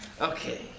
Okay